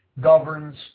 governs